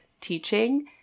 teaching